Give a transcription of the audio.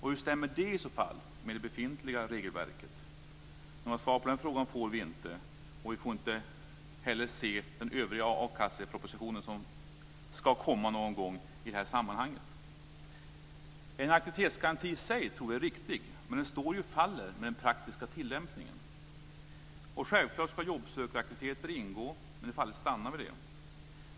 Hur stämmer det i så fall med det befintliga regelverket? Något svar på den frågan får vi inte, och vi får inte heller se den övriga akassepropositionen, som ska komma någon gång i det här sammanhanget. En aktivitetsgaranti i sig tror jag är riktig. Men den står ju och faller med den praktiska tillämpningen. Självklart ska jobbsökaraktiviteter ingå, men det får aldrig stanna vid det.